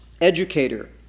educator